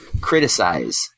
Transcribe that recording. criticize